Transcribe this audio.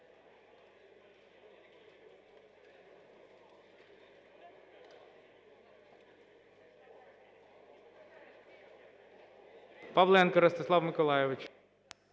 Павленко Ростислав Миколайович.